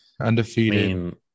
Undefeated